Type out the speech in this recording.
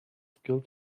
skill